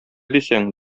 дисәң